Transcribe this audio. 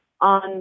on